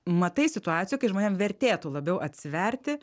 matai situacijų kai žmonėm vertėtų labiau atsiverti